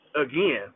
again